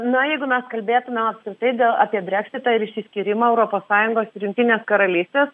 na jeigu mes kalbėtume apskritai dėl apie breksitą ir išsiskyrimą europos sąjungos ir jungtinės karalystės